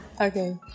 Okay